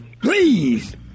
please